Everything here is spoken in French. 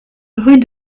rue